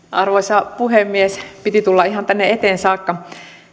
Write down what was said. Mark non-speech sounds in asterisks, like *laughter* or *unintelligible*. *unintelligible* arvoisa puhemies piti tulla ihan tänne eteen saakka